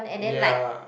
yea